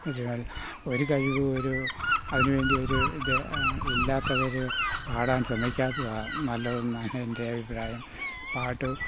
ഒരു ഒരു കഴിവും ഒരു അതിനു വേണ്ടി ഒരു ഇത് ഇല്ലാത്തവർ പാടാൻ ശ്രമിക്കാത്തതാണ് നല്ലതെന്നാണ് എൻ്റെ അഭിപ്രായം പാട്ടു